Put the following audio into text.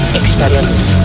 experience